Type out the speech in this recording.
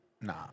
nah